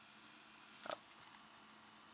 uh